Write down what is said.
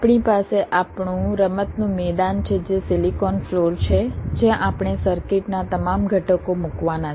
આપણી પાસે આપણું રમતનું મેદાન છે જે સિલિકોન ફ્લોર છે જ્યાં આપણે સર્કિટ ના તમામ ઘટકો મૂકવાના છે